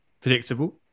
Predictable